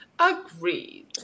Agreed